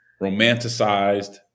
romanticized